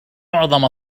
معظم